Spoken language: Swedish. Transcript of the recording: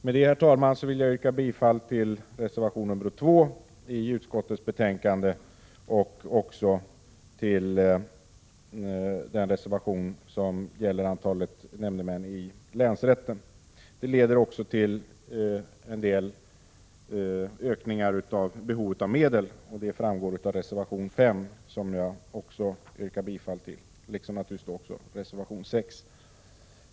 Med detta, herr talman, vill jag yrka bifall till reservation 2 i utskottets betänkande och även till reservation 6 som gäller antalet nämndemän i länsrätt. Detta leder även fram till ett behov av större medel, vilket framgår av reservation 5, som jag också yrkar bifall till.